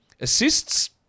Assists